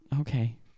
Okay